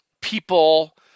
people